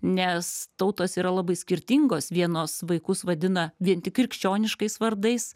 nes tautos yra labai skirtingos vienos vaikus vadina vien tik krikščioniškais vardais